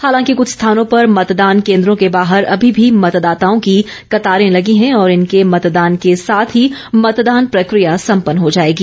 हालांकि कुछ स्थानों पर मतदान केन्द्रों के बाहर अभी भी मतदाताओं की कतारें लगी हैं और इनके मतदान के साथ ही मतदान प्रक्रिया सम्पन्न हो जाएगी